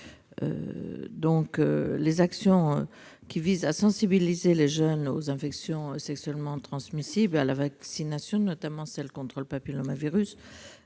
! Les actions visant à sensibiliser les jeunes aux infections sexuellement transmissibles et à la vaccination, notamment contre le papillomavirus,